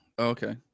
okay